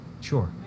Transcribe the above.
Sure